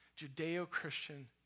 Judeo-Christian